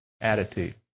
attitude